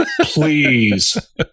Please